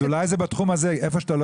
אז אולי זה בתחום הזה שאיפה שאתה לא